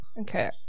okay